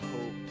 hope